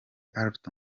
alto